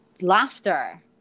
laughter